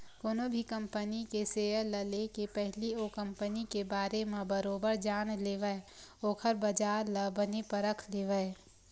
कोनो भी कंपनी के सेयर ल लेके पहिली ओ कंपनी के बारे म बरोबर जान लेवय ओखर बजार ल बने परख लेवय